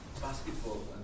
basketball